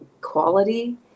quality